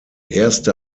erste